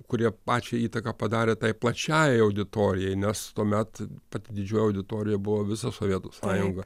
kurie pačią įtaką padarė tai plačiai auditorijai nes tuomet pati didžioji auditorija buvo visa sovietų sąjunga